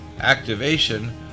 activation